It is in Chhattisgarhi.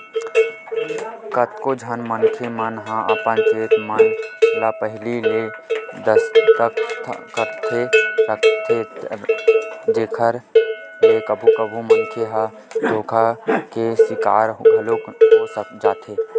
कतको झन मनखे मन ह अपन चेक मन म पहिली ले दस्खत करके राखे रहिथे जेखर ले कभू कभू मनखे ह धोखा के सिकार घलोक हो जाथे